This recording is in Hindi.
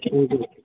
जी जी